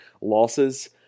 losses